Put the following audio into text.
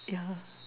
yeah